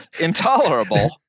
intolerable